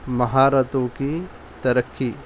مہارتوں کی ترقی